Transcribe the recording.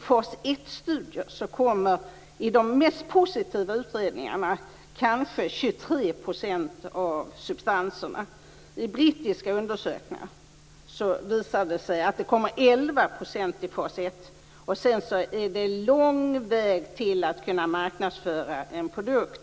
Från de mest positiva utredningarna vet vi att kanske 23 % av substanserna kommer till fas-ett-studier. I brittiska undersökningar visar det sig att 11 % av substanserna kommer till fas-ettstudier. Därifrån är det lång väg fram till att man kan marknadsföra en produkt.